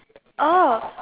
oh